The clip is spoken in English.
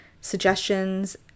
suggestions